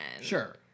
Sure